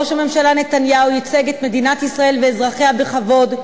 ראש הממשלה נתניהו ייצג את מדינת ישראל ואזרחיה בכבוד,